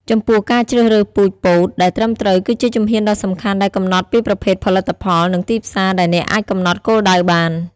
ចំពោះការជ្រើសរើសពូជពោតដែលត្រឹមត្រូវគឺជាជំហានដ៏សំខាន់ដែលកំណត់ពីប្រភេទផលិតផល និងទីផ្សារដែលអ្នកអាចកំណត់គោលដៅបាន។